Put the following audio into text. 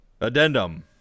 Addendum